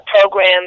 program